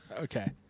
Okay